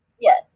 Yes